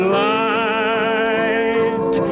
light